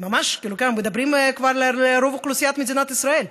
אנחנו ממש מדברים כבר על רוב אוכלוסיית מדינת ישראל?